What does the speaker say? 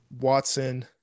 Watson –